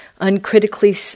uncritically